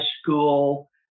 school